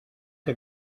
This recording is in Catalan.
que